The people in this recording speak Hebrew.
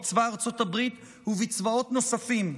בצבא ארצות הברית ובצבאות נוספים,